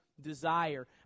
desire